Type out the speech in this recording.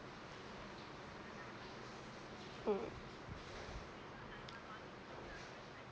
mm